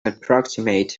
approximate